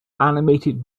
animated